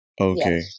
okay